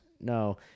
No